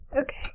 Okay